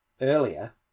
earlier